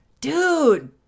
dude